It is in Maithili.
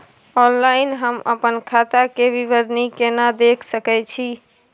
ऑनलाइन हम अपन खाता के विवरणी केना देख सकै छी?